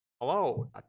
hello